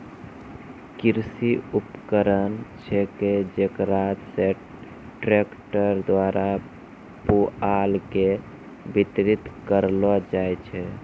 कृषि उपकरण छेकै जेकरा से ट्रक्टर द्वारा पुआल के बितरित करलो जाय छै